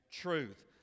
truth